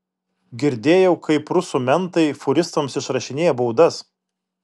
girdėjau kaip rusų mentai fūristams išrašinėja baudas